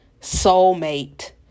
soulmate